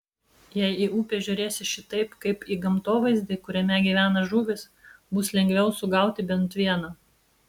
jei į upę žiūrėsi šitaip kaip į gamtovaizdį kuriame gyvena žuvys bus lengviau sugauti bent vieną